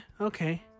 okay